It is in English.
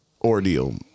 ordeal